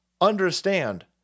understand